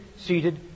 Seated